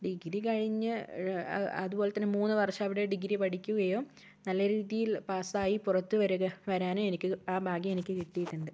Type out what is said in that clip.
degree കഴിഞ്ഞു അതുപോലെതന്നെ മൂന്നു വർഷം അവിടെ ഡിഗ്രി പഠിക്കുകയോ നല്ല രീതിയിൽ പാസ്സായി പുറത്തുവരിക വരാനോ ആ ഭാഗ്യം എനിക്ക് കിട്ടിട്ടുണ്ട്